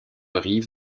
rive